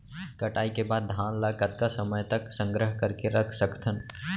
कटाई के बाद धान ला कतका समय तक संग्रह करके रख सकथन?